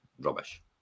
rubbish